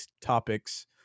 topics